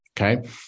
okay